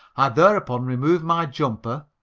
i thereupon removed my jumper,